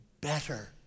better